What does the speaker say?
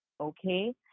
okay